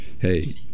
hey